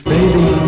Baby